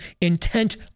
intent